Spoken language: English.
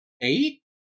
eight